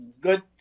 good